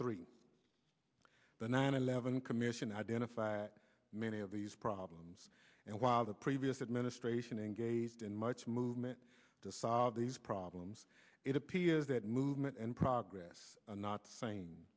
three the nine eleven commission identified many of these problems and while the previous administration engaged in much movement to solve these problems it appears that movement and progress